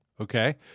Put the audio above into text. Okay